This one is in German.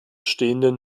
stehenden